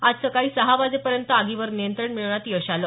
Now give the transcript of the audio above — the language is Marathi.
आज सकाळी सहा वाजेपर्यंत आगीवर नियंत्रण मिळवण्यात आलं